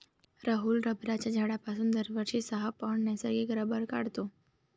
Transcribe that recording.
राहुल रबराच्या झाडापासून दरवर्षी सहा पौंड नैसर्गिक रबर काढतो